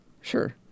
Sure